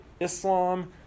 Islam